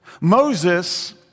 Moses